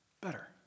better